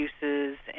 uses